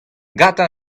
gantañ